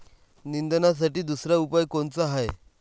निंदनासाठी दुसरा उपाव कोनचा हाये?